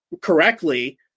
correctly